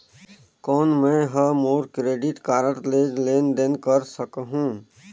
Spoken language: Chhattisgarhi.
कौन मैं ह मोर क्रेडिट कारड ले लेनदेन कर सकहुं?